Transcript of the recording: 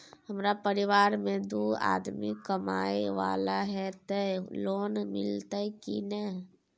हमरा परिवार में दू आदमी कमाए वाला हे ते लोन मिलते की ने?